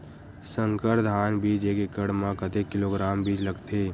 संकर धान बीज एक एकड़ म कतेक किलोग्राम बीज लगथे?